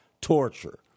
torture